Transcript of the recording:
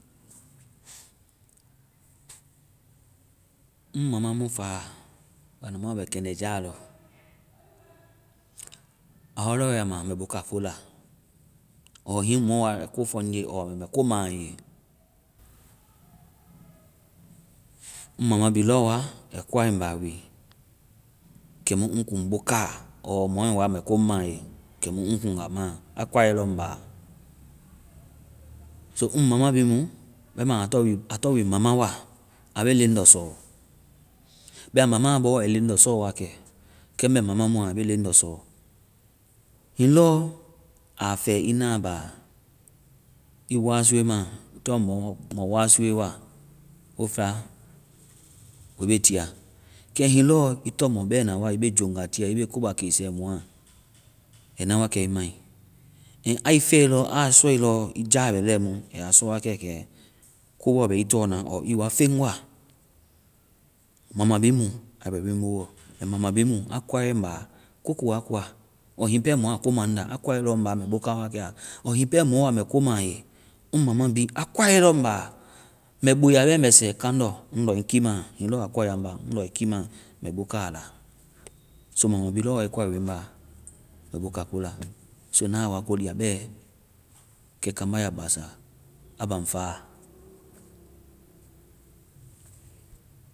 Ŋ mama mu faa, banda mu a bɛ kɛndɛjaa lɔ, a wa lɔɔ ya ma mbɛ boka ko la ɔɔ hiŋi mɔ wa mbɛ ko fɔ a ye ɔɔ mbɛ ko ma a ye. Ŋ mama bi lɔ wa`ai koa ŋ ba wi kɛ mu ŋ kuŋ boka a. ɔɔ mɔɛ woa mɛ ko ma a ye kɛmu ŋ kuŋ a ma ye a koae lɔ ŋ ba wi. ɔɔ ŋ mama bhii mu, bɛma a tɔŋ wi-a tɔŋ wi mama wa, a be leŋ lɔsɔ. Bɛma mama bɔ, ai leŋ lɔsɔ wakɛ. Kɛ ŋ bɛ mama mua, a be leŋ lɔsɔ. Hiŋi lɔ a fɛ ii na ba, ii wasue ma, ii tɔŋ mɔ wasue wa, wo fɛa, wo be tiia. Kɛ hiŋi lɔ ii tɔŋ mɔ bɛna wa, ii be joŋgatííɛ, ii be kobake sɛ mɔa, ai na wa kɛ i mai. and ai fɛe lɔ, aa sɔe lɔ ii ja bɛ lɛimu, a ya sɔ wakɛ kɛ ko bɔ bɛ ii tɔ na ɔɔ ii wa feŋ wa. Mama bhii mu a bɛ nu ŋ bowɔ. Mama bi mu a koae ŋ ba ko ko a koa ɔɔ hiŋi pɛ mɔ a ko ma nda, aa koae lɔ ŋ ba, mbɛ boka wakɛ a.ɔɔ hiŋi pɛ mɔ woa mɛ ko ma ye. Ŋ mama bi a koaye lɔ ŋ ba, mɛ boya bɛ mɛsɛ kaŋndɔ, ŋ lɔ ɛ kimaa. Hiŋi lɔ a koeya ŋ ba, ŋ lɔ ai kimaa. Mɛ boka la. so mama bi lɔ wai koa wi ŋ ba mbɛ boka ko la. so na wa ko lia bɛ. Kɛ kaamba ya basa. A baŋ faa.